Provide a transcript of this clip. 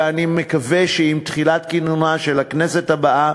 ואני מקווה שעם תחילת כינונה של הכנסת הבאה,